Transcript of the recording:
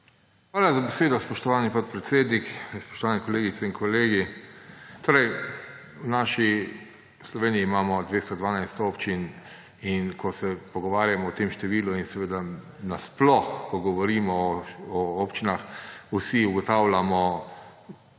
Hvala za besedo, spoštovani podpredsednik. Spoštovani kolegice in kolegi! V naši Sloveniji imamo 212 občin in ko se pogovarjamo o tem številu in seveda nasploh, ko govorimo o občinah, vsi ugotavljamo,